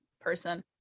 person